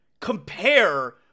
compare